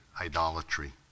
idolatry